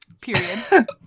Period